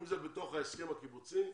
אם זה בתוך ההסכם הקיבוצי,